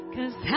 Cause